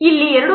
ಅಲ್ಲಿ 2